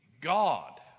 God